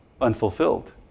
unfulfilled